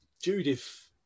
Judith